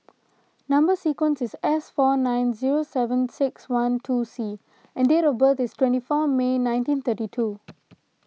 Number Sequence is S four nine zero seven six one two C and date of birth is twenty four May nineteen thirty two